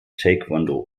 taekwondo